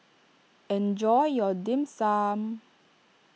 enjoy your Dim Sum